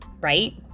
right